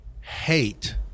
hate